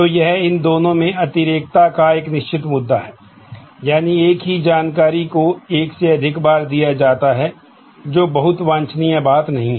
तो यह इन दोनों में अतिरेकता का एक निश्चित मुद्दा है यानी एक ही जानकारी को एक से अधिक बार दिया जाता है जो बहुत वांछनीय बात नहीं है